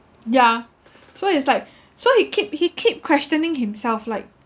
yeah so it's like so he keep he keep questioning himself like